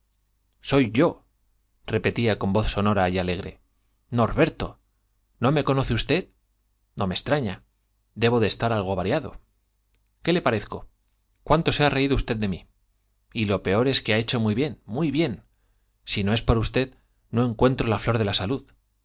soy yo repetía en j voz sonora y alegre in orberto n o me conoce usted n o m extraña debo de estar algo variado qué le parezco j cuánto se ha reído usted de mí y lo peor es que ha hecho muy bien muy bien si no es por usted no encuentro la flor de la salud